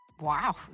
Wow